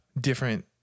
different